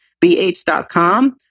B-H.com